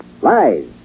Lies